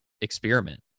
experiment